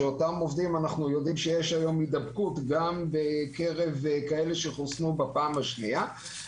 כשאנחנו יודעים שיש היום הידבקות גם בקרב אלה שחוסנו בפעם השנייה,